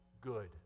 good